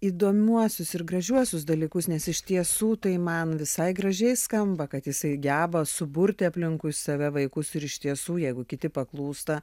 įdomiuosius ir gražiuosius dalykus nes iš tiesų tai man visai gražiai skamba kad jisai geba suburti aplinkui save vaikus ir iš tiesų jeigu kiti paklūsta